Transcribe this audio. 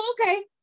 okay